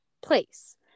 place